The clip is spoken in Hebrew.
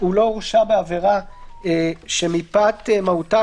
"הוא לא הורשע בעבירה שמפאת מהותה,